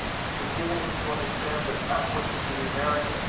she had given him to understand that, not wishing to remarry,